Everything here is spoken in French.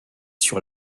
sur